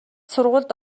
сургуульд